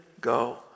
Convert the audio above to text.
go